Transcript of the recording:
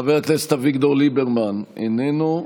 חבר הכנסת אביגדור ליברמן, איננו.